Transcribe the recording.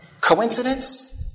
Coincidence